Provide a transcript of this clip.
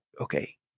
okay